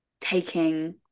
taking